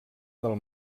del